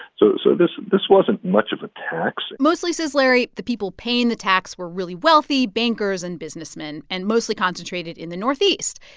so so this this wasn't much of a tax mostly, says larry, the people paying the tax were really wealthy bankers and businessmen and mostly concentrated in the northeast.